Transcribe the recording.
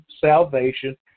salvation